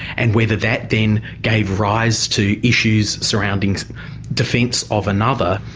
and whether that then gave rise to issues surrounding defence of another,